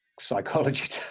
psychology